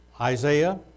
Isaiah